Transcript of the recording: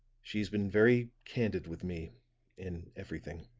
she's been very candid with me in everything.